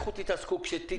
לכו תתעסקו בזה,